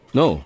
no